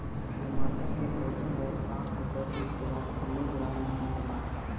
टमाटर के औसत दर सात से दस रुपया किलोग्राम बिकला?